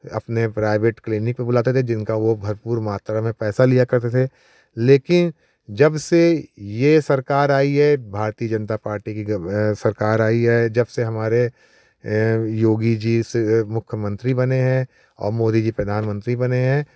अपने private clinic पे बुलाते थे जिनका वो भरपूर मात्र में पैसा लिया करते थे लेकिन जब से ये सरकार आई है भारतीय जनता पार्टी की ये सरकार आई है जबसे हमारे योगी जी मुख्य मंत्री बने हैं और मोदी जी प्रधानमंत्री बने हैं